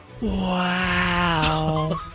wow